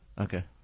Okay